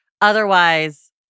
otherwise